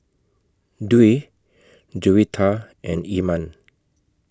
Dwi Juwita and Iman